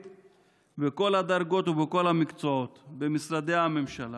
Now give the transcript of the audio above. בכל הדרגות ובכל המקצועות במשרדי הממשלה.